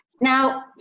Now